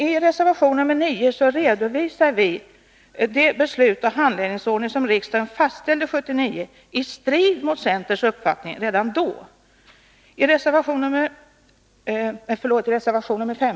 I reservation 9 redovisar vi det beslut som riksdagen fattade 1979 och den handläggningsordning som då fastställdes i strid mot centerns uppfattning redan vid det tillfället.